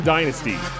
Dynasty